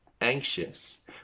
anxious